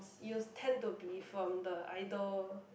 used tend to be from the idol